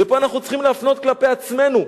ופה אנחנו צריכים להפנות כלפי עצמנו,